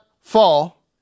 fall